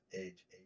age